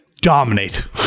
dominate